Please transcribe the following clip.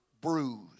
bruised